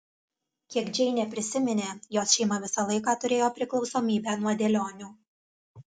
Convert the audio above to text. kiek džeinė prisiminė jos šeima visą laiką turėjo priklausomybę nuo dėlionių